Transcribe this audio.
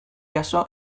jaso